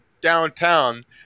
downtown